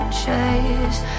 chase